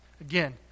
Again